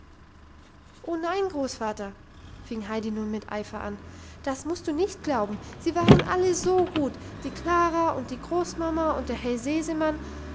o nein großvater fing heidi nun mit eifer an das musst du nicht glauben sie waren alle so gut die klara und die großmama und der herr sesemann